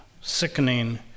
sickening